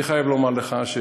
אני חייב לומר לך,